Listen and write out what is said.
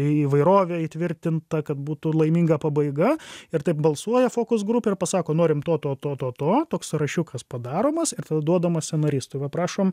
įvairovė įtvirtinta kad būtų laiminga pabaiga ir taip balsuoja fokus grupė ir pasako norim to to to to to toks sąrašiukas padaromas ir tada duodama scenaristui va prašom